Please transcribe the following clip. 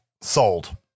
Sold